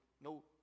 no